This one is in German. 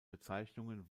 bezeichnungen